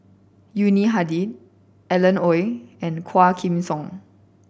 Yuni Hadi Alan Oei and Quah Kim Song